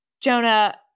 Jonah